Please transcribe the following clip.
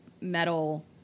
metal